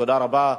תודה רבה.